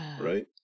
Right